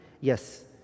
Yes